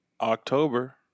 October